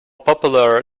popular